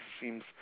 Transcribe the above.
seems